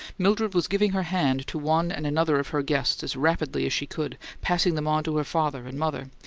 mildred was giving her hand to one and another of her guests as rapidly as she could, passing them on to her father and mother,